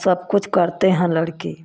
सब कुछ करते हैं लड़की